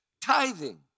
tithing